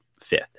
fifth